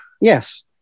Yes